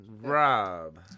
Rob